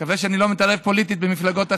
אני מקווה שאני לא מתערב פוליטית במפלגות אחרות,